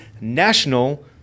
National